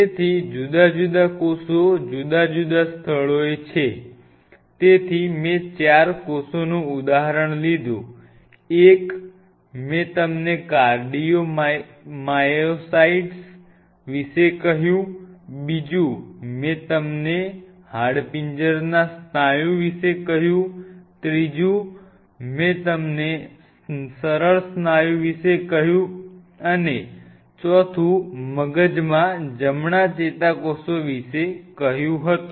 તેથી જુદા જુદા કોષો જુદા જુદા સ્થળોએ છે તેથી મેં ચાર કોષોનું ઉદાહરણ લીધું એક મેં તમને કાર્ડિયો માયોસાઇટ્સ વિશે કહ્યું બીજું મેં તમને હાડપિંજરના સ્નાયુ વિશે કહ્યું ત્રીજું મેં તમને સરળ સ્નાયુ વિશે કહ્યું અને ચોથું મગજમાં જમણા ચેતાકોષો વિશે કહ્યું હતું